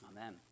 Amen